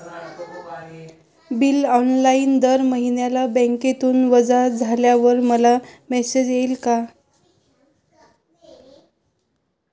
Bill online दर महिन्याला बँकेतून वजा झाल्यावर मला मेसेज येईल का?